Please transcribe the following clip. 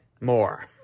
more